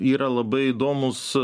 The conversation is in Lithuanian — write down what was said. yra labai įdomūs